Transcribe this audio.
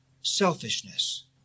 selfishness